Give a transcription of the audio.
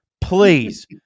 Please